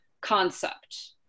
concept